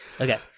Okay